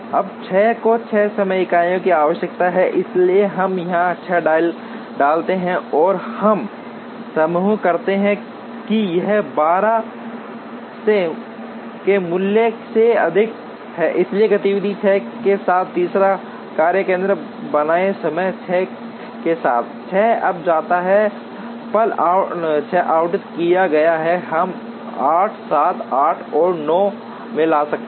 अब 6 को 6 समय इकाइयों की आवश्यकता है इसलिए हम यहां 6 डालते हैं और हम महसूस करते हैं कि यह 12 के मूल्य से अधिक है इसलिए गतिविधि 6 के साथ तीसरा कार्य केंद्र बनाएं समय 6 के साथ 6 अब जाता है पल 6 आवंटित किया गया है हम 8 7 8 और 9 में ला सकते हैं